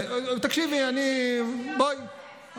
לא הספיק לנו, לא הספיק לנו, הנזק?